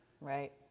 Right